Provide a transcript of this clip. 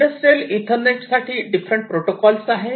industrial ethernet साठी different protocol आहेत